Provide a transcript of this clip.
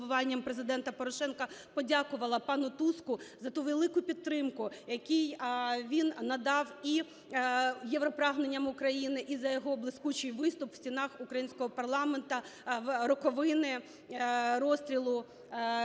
Президента Порошенка подякувала пану Туску за ту велику підтримку, яку він надав і європрагненням України, і за його блискучий виступ в стінах українського парламенту в роковини розстрілу